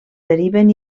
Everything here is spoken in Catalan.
deriven